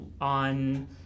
on